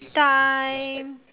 time